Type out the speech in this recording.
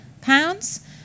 pounds